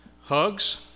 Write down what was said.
Hugs